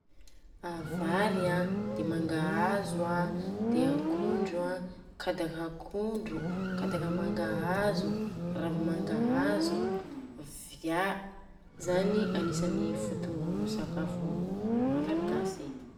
Vary an, dia mangahazo an, dia akondro an, kadaka akondro, kadaka mangahazo, ravi-mangahazo, via: zany anisany foto-sakafo malagasy.